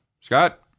Scott